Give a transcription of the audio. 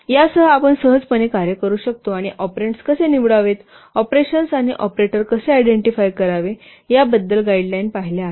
यासह आपण सहजपणे कार्य करू शकतो आणि ऑपरेन्ड्स कसे निवडावेत ऑपरेशन्स आणि ऑपरेटर कसे आयडेंटिफाय करावे याबद्दल गाईडलाईन पाहिल्या आहेत